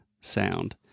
sound